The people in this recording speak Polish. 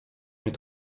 mnie